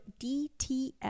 DTF